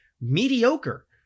mediocre